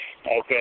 Okay